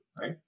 right